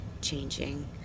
changing